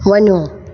वञो